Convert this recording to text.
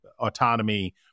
autonomy